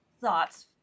thoughts